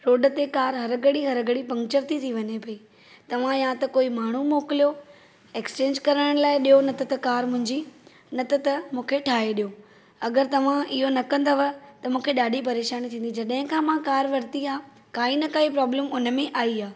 road ते कारि हर घड़ी हर घड़ी पंक्चर थी थी वञे पई तव्हां या त कोई माण्हू मोकिलियो एक्स्चेंज कराइण लाइ ॾियो न त त कारि मुंहिंजी न त त मूंखे ठाहे ॾियो अगरि तव्हां इहो न कंदव त मूंखे ॾाढी परेशानी थींदी जॾहिं खां मां कारि वरती आहे काई ना काई प्रोबलम उन में आई आहे